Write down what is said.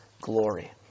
glory